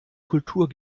kultur